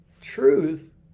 Truth